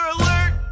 alert